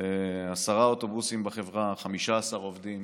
עשרה אוטובוסים בחברה, 15 עובדים.